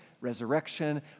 resurrection